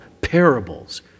parables